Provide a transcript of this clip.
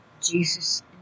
Jesus